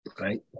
right